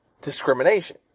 discrimination